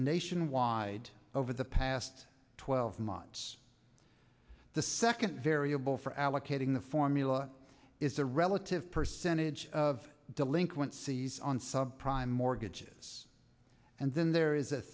nationwide over the past twelve months the second variable for allocating the formula is the relative percentage of delinquencies on sub prime mortgages and then there is a